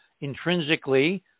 intrinsically